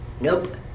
nope